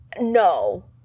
no